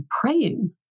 praying